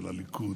של הליכוד.